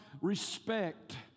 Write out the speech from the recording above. respect